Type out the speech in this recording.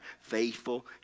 Faithful